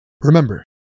Remember